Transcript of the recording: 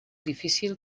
difícil